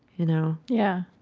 you know? yeah.